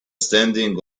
standing